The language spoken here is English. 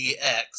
DX